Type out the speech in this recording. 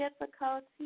difficulty